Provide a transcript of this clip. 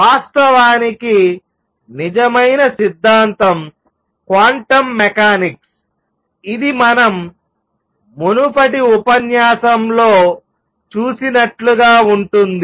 వాస్తవానికి నిజమైన సిద్ధాంతం క్వాంటం మెకానిక్స్ ఇది మనం మునుపటి ఉపన్యాసంలో చూసినట్లు గా ఉంటుంది